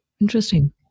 Interesting